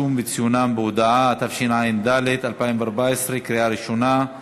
התשע"ד 2014, עברה בקריאה ראשונה,